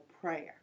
prayer